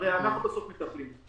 הרי אנחנו בסוף מטפלים.